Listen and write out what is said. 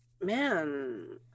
man